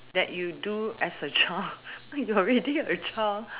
that you do as a child you are already a child